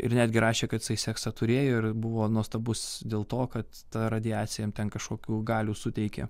ir netgi rašė kad jisai seksą turėjo ir buvo nuostabus dėl to kad ta radiacija jam ten kažkokių galių suteikė